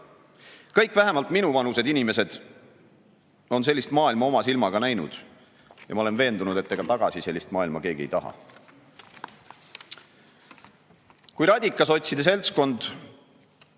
vähemalt minuvanused inimesed on sellist maailma oma silmaga näinud. Ma olen aga veendunud, et tagasi sellist maailma keegi ei taha. Kui radikasotside seltskond